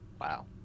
Wow